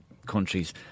countries